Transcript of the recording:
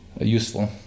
Useful